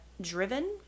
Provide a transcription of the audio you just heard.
driven